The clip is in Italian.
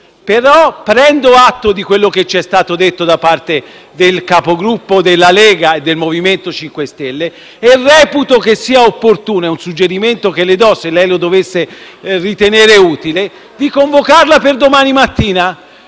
però prendo atto di quanto c'è stato detto dai Capigruppo della Lega e del MoVimento 5 Stelle e reputo che sia opportuno - è un suggerimento che le do, se dovesse ritenerlo utile - convocarla per domani mattina,